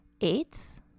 eighth